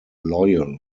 loyal